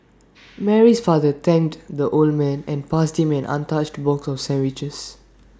Mary's father thanked the old man and passed him an untouched box of sandwiches